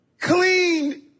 clean